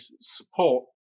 support